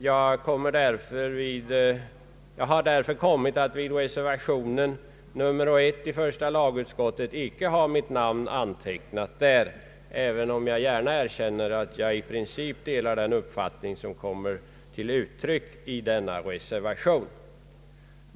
Mitt namn står alltså inte under reservation 1 till första lagutskottets utlåtande, även om jag gärna erkänner att jag i princip delar den uppfattning som kommer till uttryck i denna reservation.